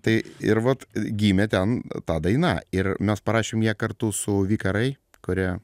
tai ir vat gimė ten ta daina ir mes parašėm ją kartu su vikarai kurie